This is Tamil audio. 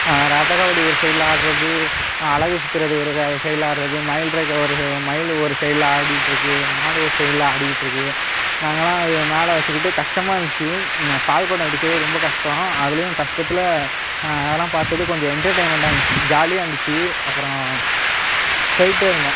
ரதக்காவடி ஒரு சைடில் ஆடுவது அலகு சுற்றறது ஒரு சைடில் ஆடுவது மயில் இறக்கை ஒரு மயில் ஒரு சைடில் ஆடிகிட்ருக்கு மாடு ஒரு சைடில் ஆடிகிட்ருக்கு நாங்கெலாம் அது மேலே வச்சுக்கிட்டு கஷ்டமாக இருந்துச்சு நான் பால்குடம் எடுக்கவே ரொம்ப கஷ்டம் அதுலேயும் கஷ்டத்தில் அதெலாம் பார்த்துட்டு கொஞ்சம் என்டர்டைன்மெண்ட்டாக இருந்துச்சு ஜாலியாக இருந்துச்சு அப்புறம் போய்கிட்டேருந்தோம்